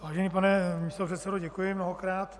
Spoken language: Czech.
Vážený pane místopředsedo, děkuji mnohokrát.